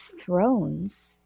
thrones